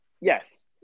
yes